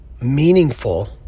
meaningful